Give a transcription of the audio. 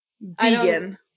Vegan